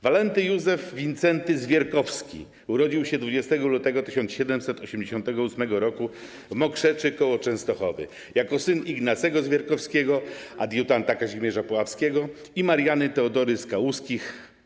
Walenty Józef Wincenty Zwierkowski urodził się 20 lutego 1788 r. w Mokrzeszy koło Częstochowy jako syn Ignacego Zwierkowskiego, adiutanta Kazimierza Puławskiego, i Marianny Teodory z Kałuskich.